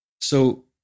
So-